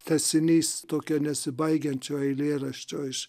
tęsinys tokio nesibaigiančio eilėraščio iš